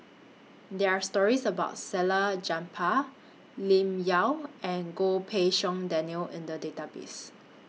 There Are stories about Salleh Japar Lim Yau and Goh Pei Siong Daniel in The Database